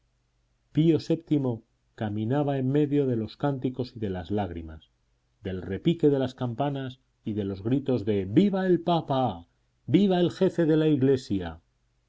pío vii caminaba en medio de los cánticos y de las lágrimas del repique de las campanas y de los gritos de viva el papa viva el jefe de la iglesia